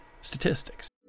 statistics